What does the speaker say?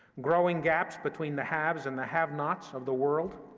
growing gaps between the haves and the have nots of the world,